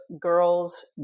girls